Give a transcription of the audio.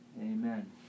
Amen